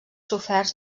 soferts